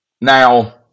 Now